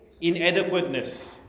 inadequateness